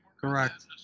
Correct